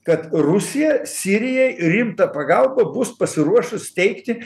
kad rusija sirijai rimtą pagalbą bus pasiruošus teikti